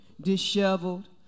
disheveled